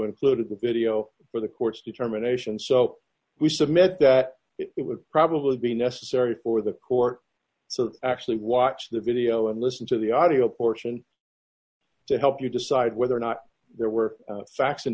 included the video for the courts determination so we submit that it would probably be necessary for the court so actually watch the video and listen to the audio portion to help you decide whether or not there were fact